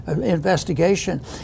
investigation